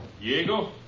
Diego